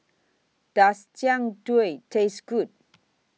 Does Jian Dui Taste Good